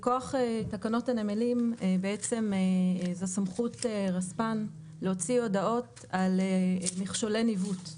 מכוח תקנות הנמלים בעצם זו סמכות רספ"ן להוציא הודעות על מכשולי ניווט,